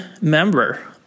member